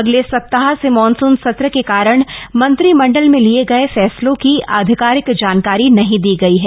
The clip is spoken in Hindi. अगले सप्ताह से मॉनसून सत्र के कारण मंत्रिमंडल में लिये गए फैसलों की आधिकारिक जानकारी नहीं दी गई है